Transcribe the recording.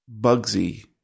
Bugsy